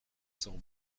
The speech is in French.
cent